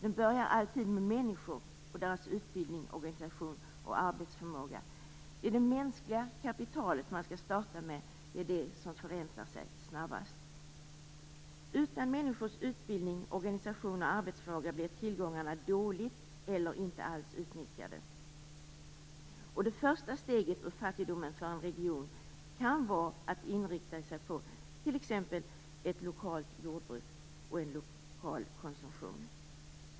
Den börjar alltid med människor och deras utbildning, organisation och arbetsförmåga. Det är det mänskliga kapitalet man skall starta med. Det är det som förräntar sig snabbast. Utan människors utbildning, organisation och arbetsförmåga blir tillgångarna dåligt eller inte alls utnyttjade. Det första steget ur fattigdomen för en region kan vara att inrikta sig på t.ex. ett lokalt jordbruk och lokal konsumtion.